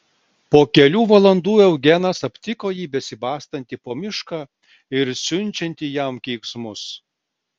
po kelių valandų eugenas aptiko jį besibastantį po mišką ir siunčiantį jam keiksmus